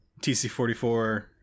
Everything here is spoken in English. TC44